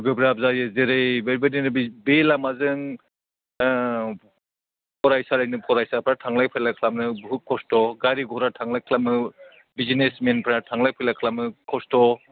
गोब्राब जायो जेरै बेबायदिनो बे लामाजों फरायसालिनि फरायसाफ्रा थांलाय फैलाय खालामनो बहुद खस्थ' गारि घरा थांलाय खालामनो बिजिनेसमेनफ्रा थांलाय फैलाय खालामनो खस्थ'